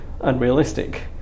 unrealistic